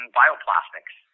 bioplastics